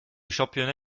championnat